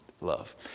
love